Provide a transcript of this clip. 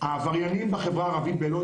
העבריינים בחברה הערבית בלוד,